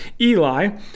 Eli